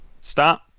Start